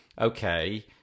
okay